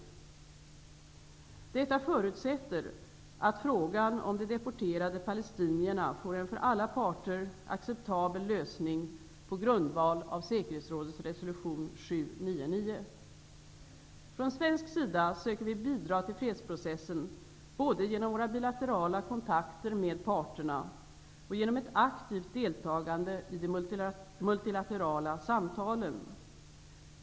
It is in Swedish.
Detta förutsätter att frågan om de deporterade palestinierna får en för alla parter acceptabel lösning på grundval av säkerhetsrådets resolution 799. Från svensk sida söker vi bidra till fredsprocessen både genom våra bilaterala kontakter med parterna och genom ett aktivt deltagande i de multilaterala samtalen.